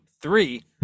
three